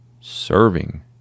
serving